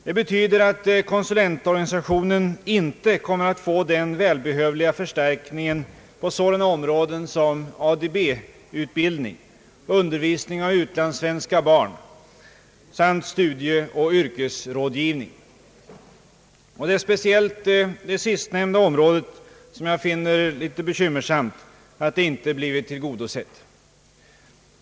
Det betyder att konsulentorganisationen inte kommer att få den välbehövliga förstärkningen på sådana områden som ADB-utbildning, undervisning av utlandssvenska barn samt studieoch yrkesorientering. Det är speciellt bekymmersamt att det sistnämnda området inte blivit tillgodosett.